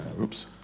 Oops